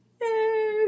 yay